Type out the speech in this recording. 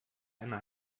eine